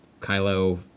Kylo